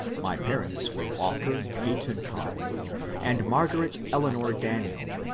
my parents were walker peyton conway and margaret eleanor daniel,